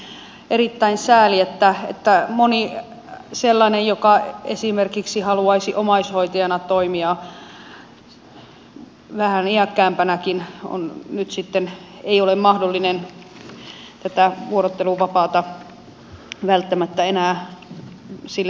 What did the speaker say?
se on erittäin sääli että monen sellaisen joka haluaisi esimerkiksi omaishoitajana toimia vähän iäkkäämpänäkin ei nyt sitten ole välttämättä mahdollista tälle vuorotteluvapaalle enää päästä